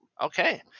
okay